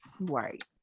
Right